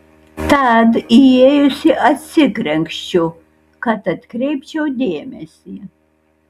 tad įėjusi atsikrenkščiu kad atkreipčiau dėmesį